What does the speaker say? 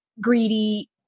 greedy